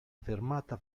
fermata